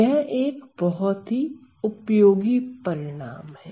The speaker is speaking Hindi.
यह एक बहुत ही उपयोगी परिणाम है